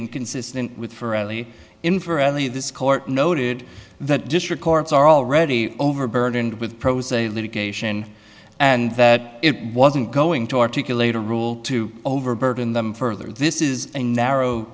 inconsistent with for early in for any of this court noted that district courts are already overburdened with pro se litigation and that it wasn't going to articulate a rule to overburden them further this is a narrow